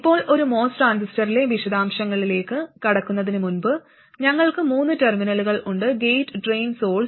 ഇപ്പോൾ ഒരു MOS ട്രാൻസിസ്റ്ററിലെ വിശദാംശങ്ങളിലേക്ക് കടക്കുന്നതിന് മുമ്പ് ഞങ്ങൾക്ക് മൂന്ന് ടെർമിനലുകൾ ഉണ്ട് ഗേറ്റ് ഡ്രെയിൻ സോഴ്സ്